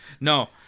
No